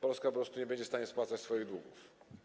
Polska po prostu nie będzie w stanie spłacać swoich długów.